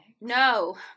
No